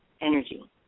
energy